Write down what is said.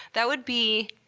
that would be,